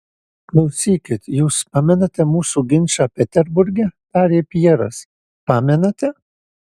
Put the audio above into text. klausykit jus pamenate mūsų ginčą peterburge tarė pjeras pamenate